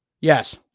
Yes